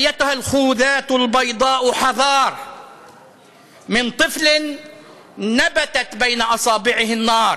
היזהרו / מילד שצמחה בין אצבעותיו אש,